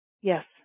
Yes